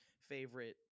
favorite